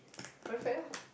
perfect ah